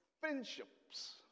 friendships